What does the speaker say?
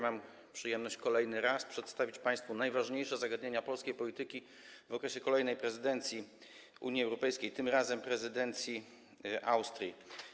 Mam przyjemność kolejny raz przedstawić państwu najważniejsze zagadnienia polskiej polityki w okresie kolejnej prezydencji w Unii Europejskiej, tym razem prezydencji Austrii.